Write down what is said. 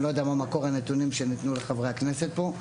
אני לא יודע מה מקור הנתונים שניתנו לחברי הכנסת פה.